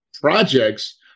projects